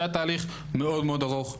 שהיה תהליך מאוד ארוך,